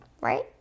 Right